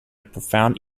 profound